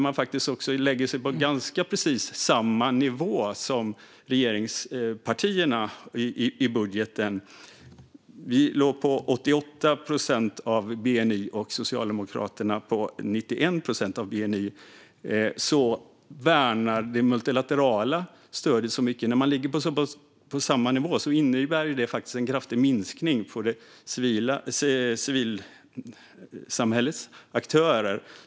Man lägger sig på ganska precis samma nivå som regeringspartierna gör i budgeten - vi ligger på 88 procent av bni, och Socialdemokraterna ligger på 91 procent av bni - samtidigt som man värnar det multilaterala stödet väldigt mycket. När man ligger på en så pass likartad nivå innebär det ju faktiskt en kraftig minskning till civilsamhällets aktörer.